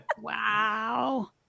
Wow